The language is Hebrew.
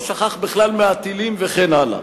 ושכח בכלל מהטילים וכן הלאה.